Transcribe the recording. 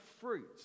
fruit